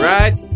Right